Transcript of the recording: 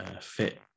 fit